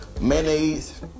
Mayonnaise